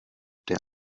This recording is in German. der